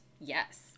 Yes